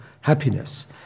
happiness